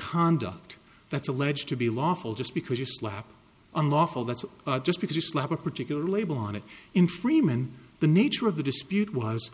conduct that's alleged to be lawful just because you slap unlawful that's just because you slap a particular label on it in freeman the nature of the dispute was